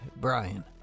brian